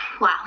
wow